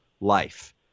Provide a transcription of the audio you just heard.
life